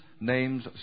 name's